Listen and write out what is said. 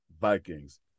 Vikings